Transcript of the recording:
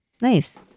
Nice